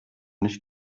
nicht